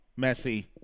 Messi